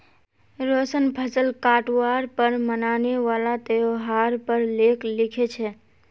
रोशन फसल काटवार पर मनाने वाला त्योहार पर लेख लिखे छे